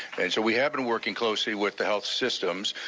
and so we have been working closely with the health systems,